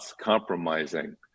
compromising